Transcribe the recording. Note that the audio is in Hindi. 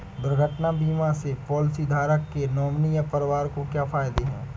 दुर्घटना बीमा से पॉलिसीधारक के नॉमिनी या परिवार को क्या फायदे हैं?